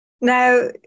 Now